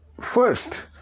First